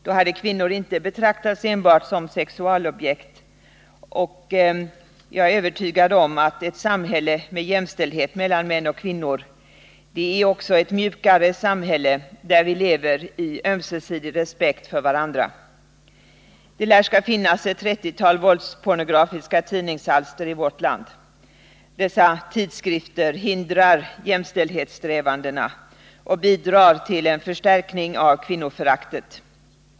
Då hade kvinnor inte betraktats som enbart sexualobjekt. Jag är övertygad om att ett samhälle med jämställdhet mellan män och kvinnor också är ett mjukare samhälle, där man lever i ömsesidig respekt för varandra. Det lär finnas ett 30-tal våldspornografiska tidningsalster i vårt land. Dessa tidskrifter hindrar jämställdhetssträvandena och bidrar till en förstärkning av kvinnoföraktet.